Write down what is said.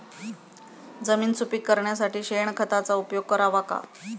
जमीन सुपीक करण्यासाठी शेणखताचा उपयोग करावा का?